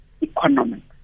economy